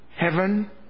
heaven